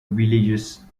villages